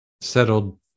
settled